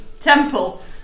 temple